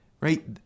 right